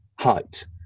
height